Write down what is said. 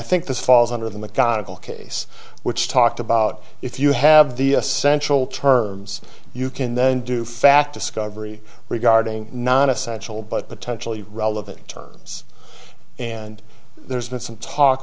think this falls under the methodical case which talked about if you have the essential terms you can then do fact discovery regarding non essential but potentially relevant terms and there's been some talk